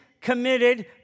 committed